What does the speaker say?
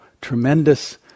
tremendous